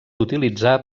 utilitzar